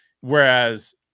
Whereas